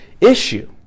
issue